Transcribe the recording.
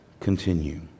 continue